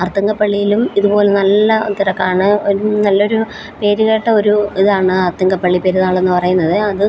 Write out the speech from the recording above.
അർത്ത്ങ്ക പള്ളീലും ഇതുപോലെ നല്ല തിരക്കാണ് നല്ലൊരു പേര് കേട്ട ഒരു ഇതാണ് ആർത്ത്ങ്ക പള്ളി പെരുന്നാളെന്ന് പറയുന്നത് അത്